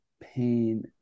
pain